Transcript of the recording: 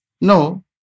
No